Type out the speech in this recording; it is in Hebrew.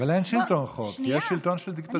אבל אין שלטון חוק, יש שלטון של דיקטטורה.